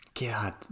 God